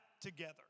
together